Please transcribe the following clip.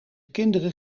kinderen